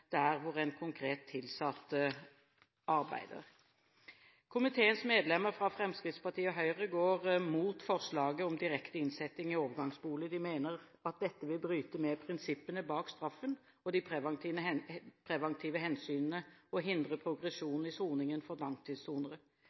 der hvor en konkret tilsatt arbeider. Komiteens medlemmer fra Fremskrittspartiet og Høyre går imot forslaget om direkte innsetting i overgangsboliger. De mener at dette vil bryte med prinsippene bak straffen og de preventive hensynene, og hindre progresjon i soningen for langtidssonere.